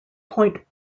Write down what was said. point